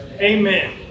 Amen